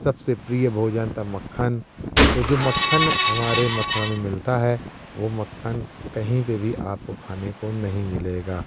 सबसे प्रिय भोजन था मक्खन तो जो मक्खन हमारे मथुरा में मिलता है वो मक्खन कहीं पे भी आपको खाने को नहीं मिलेगा